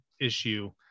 issue